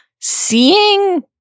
Seeing